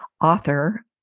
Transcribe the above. author